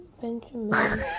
Benjamin